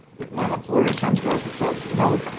if my employer comes to us and says, you know,